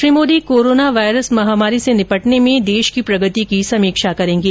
Shri Modi corona virus महामारी से निपटने में देश की प्रगति की समीक्षा करेंगे